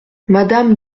madame